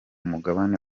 mugabane